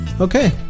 okay